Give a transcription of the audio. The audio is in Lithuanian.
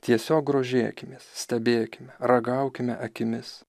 tiesiog grožėkimės stebėkime ragaukime akimis